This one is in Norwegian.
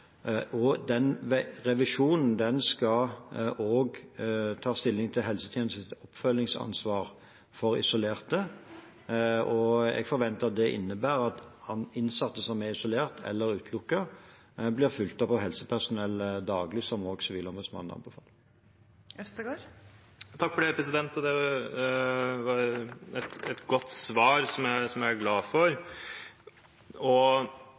og den revisjonen skal også ta stilling til helsetjenestens oppfølgingsansvar overfor isolerte. Jeg forventer at det innebærer at innsatte som er isolert eller utelukket, blir fulgt opp av helsepersonell daglig, som også Sivilombudsmannen anbefaler. Takk for det, det var et godt svar som jeg er glad for. Denne oppdateringen av veilederen, som skal bli i tråd med bl.a. de forpliktelsene vi har, og